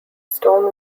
stone